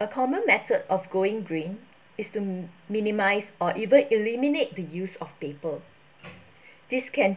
a common method of going green is to minimise or even eliminate the use of paper this can